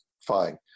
fine